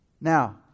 Now